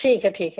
ठीक है ठीक